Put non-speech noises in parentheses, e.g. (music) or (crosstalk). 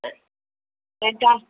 (unintelligible)